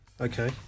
Okay